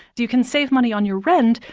you can save money on your rent,